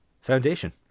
foundation